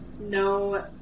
no